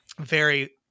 very-